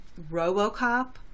RoboCop